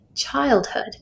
Childhood